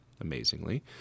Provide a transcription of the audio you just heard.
amazingly